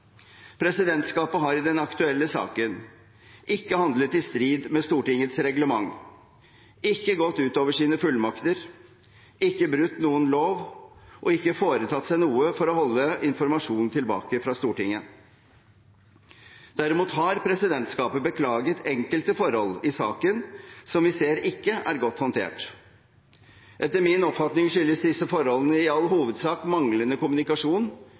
Presidentskapet har i den aktuelle saken ikke handlet i strid med Stortingets reglement, ikke gått utover sine fullmakter, ikke brutt noen lov og ikke foretatt seg noe for å holde informasjon tilbake fra Stortinget. Derimot har presidentskapet beklaget enkelte forhold i saken som vi ser ikke er godt håndtert. Etter min oppfatning skyldes disse forholdene i all hovedsak manglende kommunikasjon